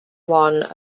one